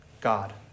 God